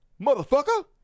motherfucker